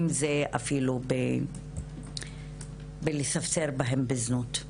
אם זה אפילו בלספסר בהן בזנות.